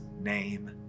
name